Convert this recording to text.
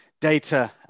data